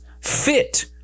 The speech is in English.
fit